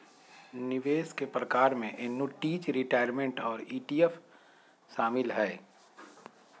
निवेश के प्रकार में एन्नुटीज, रिटायरमेंट और ई.टी.एफ शामिल हय